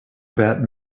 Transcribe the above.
about